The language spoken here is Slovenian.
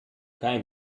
kaj